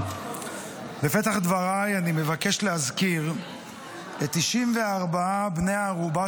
בפתח דבריי אני מבקש להזכיר את 94 בני הערובה